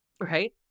Right